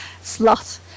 slot